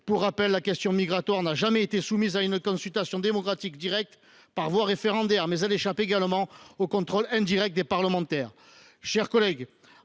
seulement la question migratoire n’a jamais été soumise à une consultation démocratique directe par voie référendaire, mais elle échappe également au contrôle indirect des parlementaires.